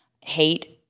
hate